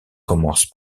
commence